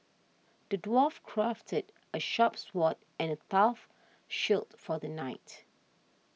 the dwarf crafted a sharp sword and a tough shield for the knight